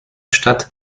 statt